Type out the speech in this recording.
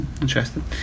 Interesting